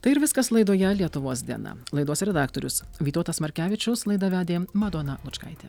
tai ir viskas laidoje lietuvos diena laidos redaktorius vytautas markevičius laidą vedė madona lučkaitė